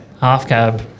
half-cab